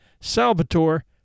Salvatore